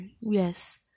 Yes